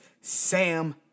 Sam